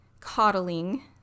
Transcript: coddling